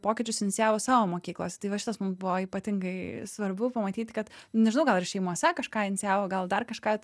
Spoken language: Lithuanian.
pokyčius inicijavo savo mokyklos tai va šitas mums buvo ypatingai svarbu pamatyti kad nežinau gal ir šeimose kažką inicijavo gal dar kažką